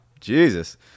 Jesus